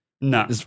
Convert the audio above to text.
No